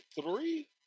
three